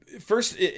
first